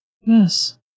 Yes